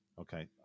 Okay